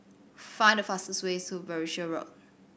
find the fastest way to Berkshire Road